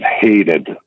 hated